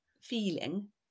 feeling